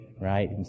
right